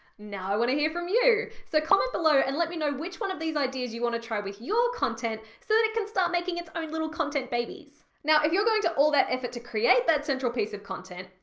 now i want to hear from you, so comment below and let me know which one of these ideas you want to try with your content so that it can start making its own little content babies. now if you're going to all that effort to create that central piece of content,